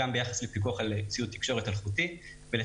גם ביחס לפיקוח על ציוד תקשורת אלחוטית ואלה